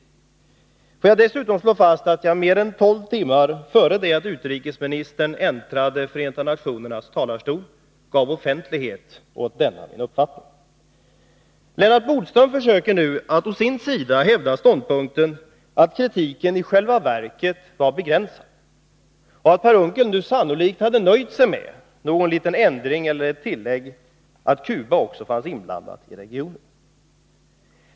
Dessutom gav jag offentlighet åt denna min uppfattning mer än tolv timmar innan utrikesministern äntrade Förenta nationernas talarstol. Lennart Bodström försöker nu å sin sida hävda ståndpunkten att kritiken i själva verket var begränsad och att jag bara skulle ha krävt någon liten ändring eller något litet tillägg om att Cuba också var inblandat i händelserna i regionen.